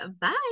bye